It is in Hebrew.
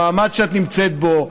למעמד שאת נמצאת בו,